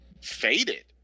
faded